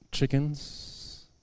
chickens